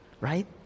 right